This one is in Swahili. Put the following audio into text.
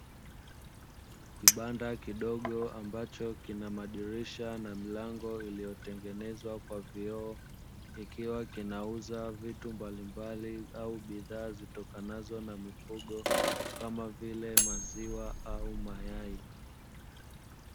Kibanda kidogo ambacho kina madirisha na milango iliyotengenezwa kwa vioo, ikiwa kinauza vitu mbalimbali au bidhaa zitokanazo na mifugo kama vile: maziwa au mayai.